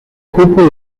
copper